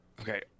okay